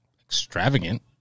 extravagant